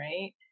right